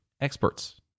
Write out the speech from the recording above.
experts